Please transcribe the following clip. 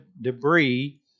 debris